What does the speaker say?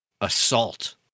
assault